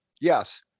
yes